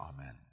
Amen